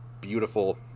beautiful